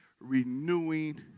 renewing